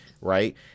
right